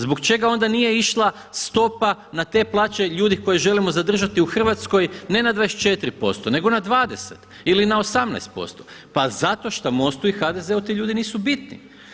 Zbog čega onda nije išla stopa na te plaće ljudi koje želimo zadržati u Hrvatskoj ne na 24% nego na 20 ili na 18% pa zato što MOST-u i HDZ-u ti ljudi nisu bitni.